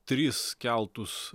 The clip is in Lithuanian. tris keltus